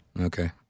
Okay